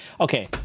okay